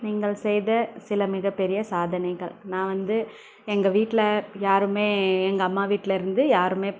நீங்கள் செய்த சில மிகப்பெரிய சாதனைகள் நான் வந்து எங்கள் வீட்டில் யாருமே எங்கள் அம்மா வீட்லேருந்து யாருமே